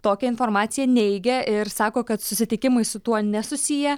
tokią informaciją neigia ir sako kad susitikimai su tuo nesusiję